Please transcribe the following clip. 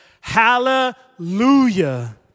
hallelujah